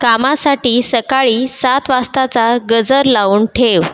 कामासाठी सकाळी सात वाजताचा गजर लावून ठेव